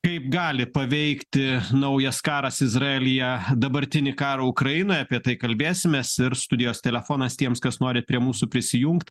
kaip gali paveikti naujas karas izraelyje dabartinį karą ukrainoje apie tai kalbėsimės ir studijos telefonas tiems kas norit prie mūsų prisijungt